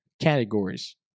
Categories